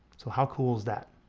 so how cool is that?